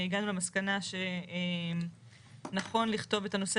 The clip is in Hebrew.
הגענו למסקנה שנכון לכתוב את הנושא